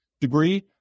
degree